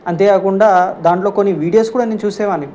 అంతేకాకుండా దాంట్లో కొన్ని వీడియోస్ కూడా నేను చూసేవాణ్ణి